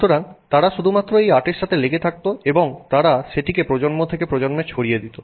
সুতরাং তারা শুধু এই আর্টের সাথে লেগে থাকত এবং তারা সেটিকে প্রজন্ম থেকে প্রজন্মে ছড়িয়ে দিত